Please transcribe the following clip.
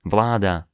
Vláda